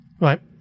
Right